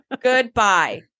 goodbye